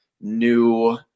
new